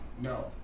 no